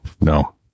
no